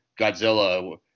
Godzilla